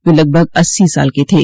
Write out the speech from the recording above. वह लगभग अस्सी साल के थे